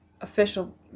Official